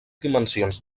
dimensions